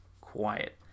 quiet